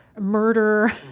murder